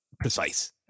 precise